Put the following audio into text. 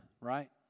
right